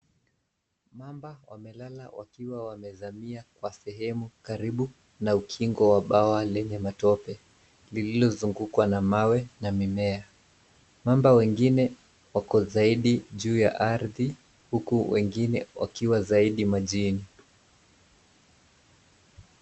Mamba wamelala wakiwa wamezamia kwa sehemu karibu na ukingo wa bwawa lenye matope, lililozungukwa na mawe, na mimea. Mamba wengine, wako zaidi juu ya ardhi, huku wengine wakiwa zaidi majini.